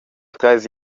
treis